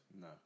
No